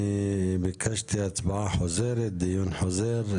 ביקשתי הצבעה חוזרת, דיון חוזר.